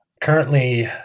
Currently